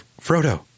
Frodo